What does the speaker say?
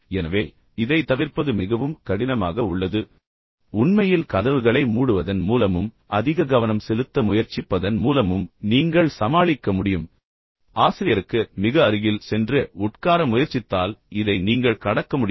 எனவே இதை தவிர்ப்பது மிகவும் கடினமாக உள்ளது ஆனால் நீங்கள் இன்னும் கடக்க முடியும் உண்மையில் கதவுகளை மூடுவதன் மூலமும் அதிக கவனம் செலுத்த முயற்சிப்பதன் மூலமும் நீங்கள் சமாளிக்க முடியும் ஆசிரியருக்கு மிக அருகில் சென்று உட்கார முயற்சித்தால் இதை நீங்கள் கடக்க முடியும்